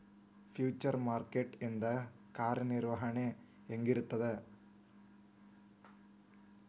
Future market ಇಂದ್ ಕಾರ್ಯನಿರ್ವಹಣಿ ಹೆಂಗಿರ್ತದ?